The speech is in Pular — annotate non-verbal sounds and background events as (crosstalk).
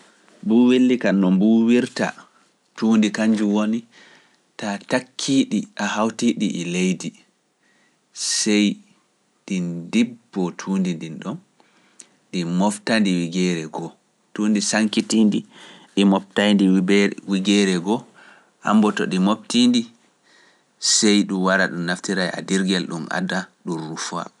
Buuwilli kam no mbuuwirta tuundi kanjum woni, taa takkiiɗi a hawtiɗi e leydi, sey ɗi ndibbo tuundi ndin, (hesitation) ɗi moftandi wigeere go, tuundi sankitindi ɗi moftandi wigeere ngo, ammboto ɗi moftindi sey ɗum wara ɗum naftira e adirgel ɗum ada ɗum rufa.